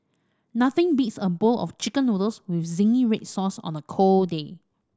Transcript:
nothing beats a bowl of Chicken Noodles with zingy red sauce on a cold day